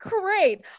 Great